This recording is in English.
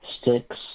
sticks